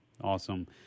Awesome